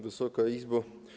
Wysoka Izbo!